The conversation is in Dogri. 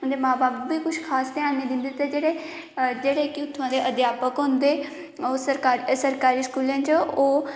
उं'दे मां बब्ब बी किश खास घ्यान निं दिंदे ते जेह्डे़ कि उत्थूं दे अध्यापक होंदे ओह् सरकारी स्कूलें च ओह्